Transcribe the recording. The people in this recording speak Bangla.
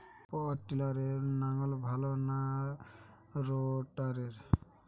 পাওয়ার টিলারে লাঙ্গল ভালো না রোটারের?